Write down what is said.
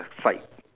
fight